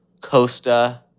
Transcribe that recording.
Costa